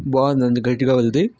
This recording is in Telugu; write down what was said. బాగుంది అండి గట్టిగా ఉంది